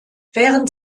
während